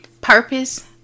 purpose